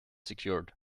secured